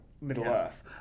Middle-earth